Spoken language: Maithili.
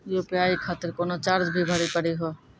यु.पी.आई खातिर कोनो चार्ज भी भरी पड़ी हो?